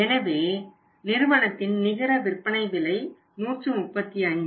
எனவே நிறுவனத்தின் நிகர விற்பனை விலை 135